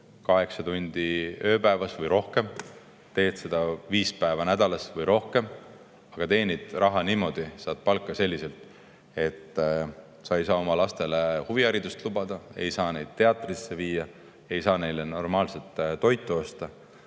kaheksa tundi ööpäevas või rohkem, teed seda viis päeva nädalas või rohkem, aga teenid raha niimoodi, saad palka selliselt, et sa ei saa oma lastele huviharidust lubada, ei saa neid teatrisse viia, ei saa neile normaalset toitu osta,